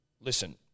Listen